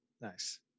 Nice